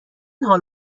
حال